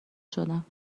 شدم